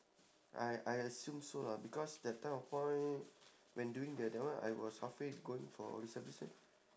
I I assume so lah because that time of all when doing that that one I was half way going for reservist eh